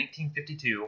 1952